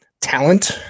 talent